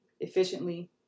efficiently